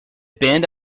band